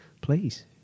please